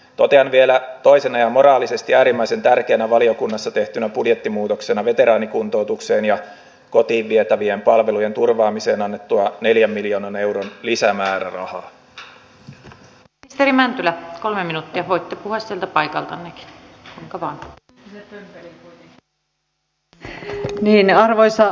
totean vielä toisen ja moraalisesti äärimmäisen tärkeänä valiokunnassa tehtynä budjettimuutoksena veteraanikuntoutukseen ja kotiin vietävien sivistysvaliokunnassa erityisen innostavana asiana tälle syksylle oli käsitellä juuri audiovisuaalisen alan kannustinjärjestelmää jolla nykyistä paremmin ohjautuisi suomeen kotimaisia ja ulkomaisia elokuvatuotantoja